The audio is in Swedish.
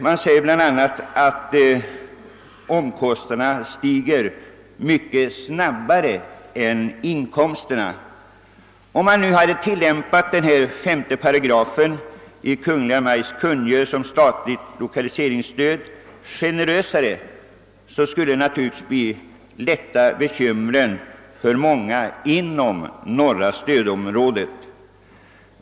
Man säger bl.a. att omkostnaderna stiger mycket snabbare än inkomsterna. Om man tillämpade 5 § i Kungl. Maj:ts kungörelse om statligt lokaliseringsstöd generösare, skulle det lätta bekymren för många inom norra stödområdet.